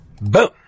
Boom